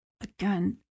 again